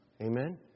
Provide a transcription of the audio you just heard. Amen